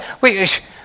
wait